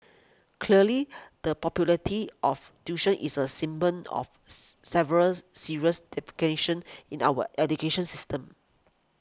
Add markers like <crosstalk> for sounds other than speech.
clearly the popularity of tuition is a <unintelligible> of <unintelligible> several <noise> serious <unintelligible> in our education system